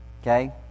Okay